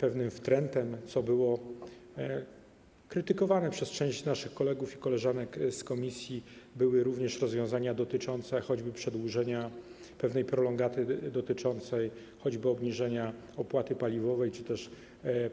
Pewnym wtrętem, co było krytykowane przez część naszych kolegów i koleżanek z komisji, były również rozwiązania dotyczące choćby przedłużenia, pewnej prolongaty dotyczącej choćby obniżenia opłaty paliwowej czy też